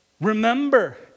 Remember